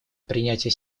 принятия